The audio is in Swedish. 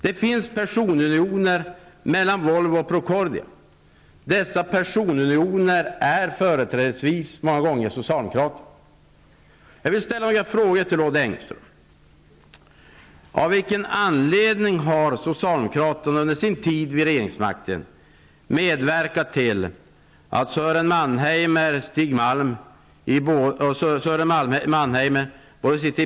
Det finns personunioner mellan Volvo och Procordia. Dessa personunioner består företrädesvis av socialdemokrater. Jag vill ställa några frågor till Odd Engström. Av vilken anledning har socialdemokraterna under sin tid vid regeringsmakten medverkat till att Sören Mannheimer sitter både i Procordias styrelse och i Volvos?